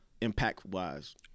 impact-wise